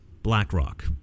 BlackRock